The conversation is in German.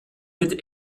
mit